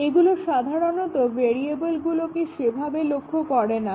এগুলো সাধারণত ভেরিয়াবলগুলোকে সেভাবে লক্ষ্য করে না